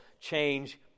change